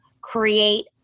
create